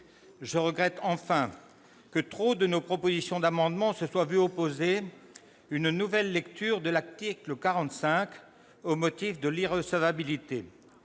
Je regrette enfin que trop de nos propositions d'amendements se soient vues opposer une nouvelle lecture de l'article 45 et aient été